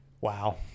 wow